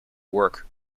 work